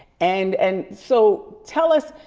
and and so, tell us